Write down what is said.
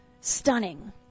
Stunning